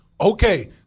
okay